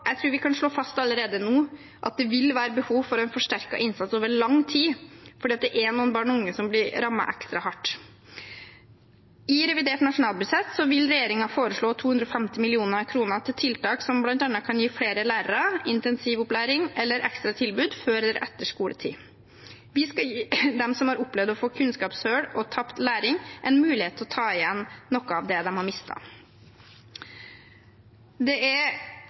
Jeg tror vi kan slå fast allerede nå at det vil være behov for en forsterket innsats over lang tid, for det er noen barn og unge som blir rammet ekstra hardt. I revidert nasjonalbudsjett vil regjeringen foreslå 250 mill. kr til tiltak som bl.a. kan gi flere lærere, intensivopplæring eller ekstra tilbud før eller etter skoletid. Vi skal gi dem som har opplevd å få kunnskapshull og tapt læring, en mulighet til å ta igjen noe av det de har mistet. Det er